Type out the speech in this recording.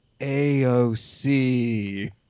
AOC